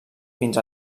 fins